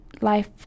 life